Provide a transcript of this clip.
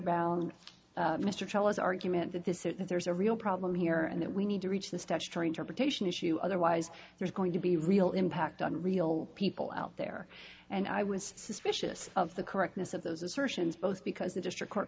jealous argument that this there's a real problem here and that we need to reach the statutory interpretation issue otherwise there's going to be real impact on real people out there and i was suspicious of the correctness of those assertions both because the district court